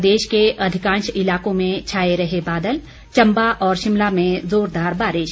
प्रदेश के अधिकांश इलाकों में छाए रहे बादल चम्बा व शिमला में जोरदार बारिश